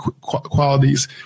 qualities